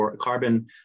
carbon